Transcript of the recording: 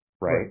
Right